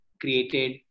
created